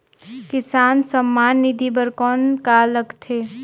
किसान सम्मान निधि बर कौन का लगथे?